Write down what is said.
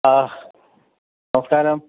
ആ നമസ്കാരം